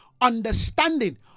understanding